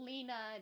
Lena